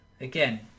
Again